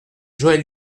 joël